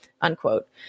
Unquote